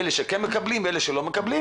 אלה שכן מקבלות ואלה שלא מקבלות